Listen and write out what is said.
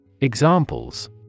Examples